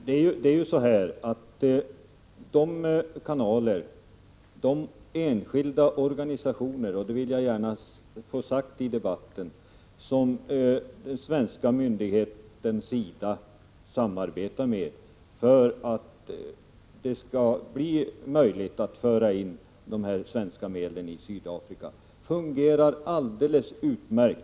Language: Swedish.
Jag vill gärna ha det sagt i debatten att de kanaler, de enskilda organisationer som den svenska myndigheten SIDA samarbetar med för att det skall bli möjligt att föra in de svenska medlen i Sydafrika, fungerar alldeles utmärkt.